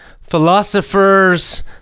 philosophers